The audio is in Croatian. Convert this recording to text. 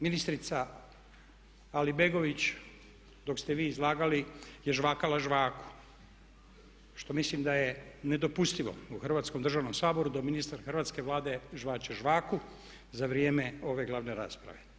Ministrica Alibegović dok ste vi izlagali je žvakala žvaku što mislim da je nedopustivo u Hrvatskom državnom saboru da ministar Hrvatske vlade žvače zvaku za vrijeme ove glavne rasprave.